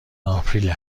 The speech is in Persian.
آپریل